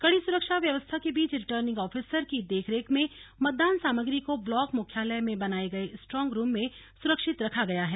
कड़ी सुरक्षा व्यवस्था के बीच रिटर्निंग ऑफिसर की देखरेख में मतदान सामग्री को ब्लॉक मुख्यालय में बनाए गए स्ट्रांग रूम में सुरक्षित रखा गया है